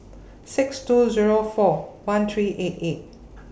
six two Zero four one three eight eight